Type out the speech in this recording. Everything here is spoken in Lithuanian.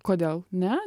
kodėl ne